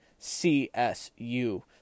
CSU